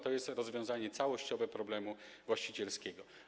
To jest rozwiązanie całościowe problemu właścicielskiego.